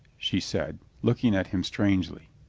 she said, looking at him strangely.